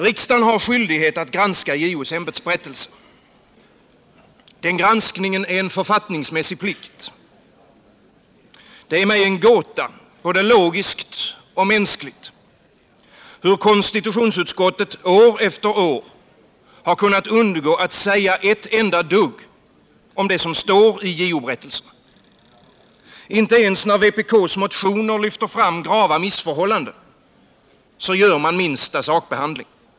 Riksdagen har skyldighet att granska JO:s ämbetsberättelse. Granskningen ären författningsmässig plikt. Det är mig en gåta, både logiskt och mänskligt, att konstitutionsutskottet år efter år kunnat undgå att säga ett enda dugg om det som står i JO-berättelsen. Inte ens när vpk:s motioner lyfter fram grava missförhålianden genomför man den minsta sakbehandling.